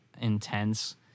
intense